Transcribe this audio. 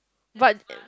but